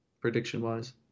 prediction-wise